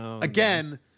again